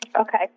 Okay